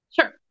Sure